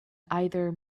either